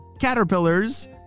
caterpillars